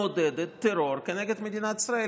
מעודדת טרור כנגד מדינת ישראל,